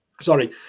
sorry